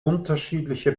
unterschiedliche